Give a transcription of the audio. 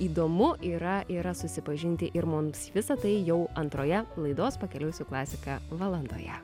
įdomu yra yra susipažinti ir mums visa tai jau antroje laidos pakeliui su klasika valandoje